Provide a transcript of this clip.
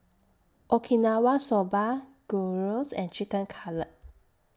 Okinawa Soba Gyros and Chicken Cutlet